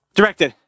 Directed